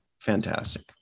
Fantastic